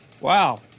Wow